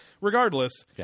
regardless